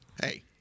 Hey